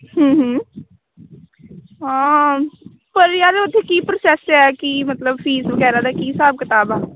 ਹਾਂ ਪਰ ਯਾਰ ਉੱਥੇ ਕੀ ਪ੍ਰੋਸੈਸ ਹੈ ਕੀ ਮਤਲਬ ਫੀਸ ਵਗੈਰਾ ਦਾ ਕੀ ਹਿਸਾਬ ਕਿਤਾਬ ਆ